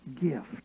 gift